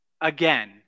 again